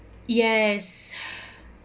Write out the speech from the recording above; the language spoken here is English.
yes